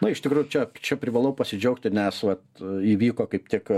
na iš tikrųjų čia čia privalau pasidžiaugti nes vat įvyko kaip tik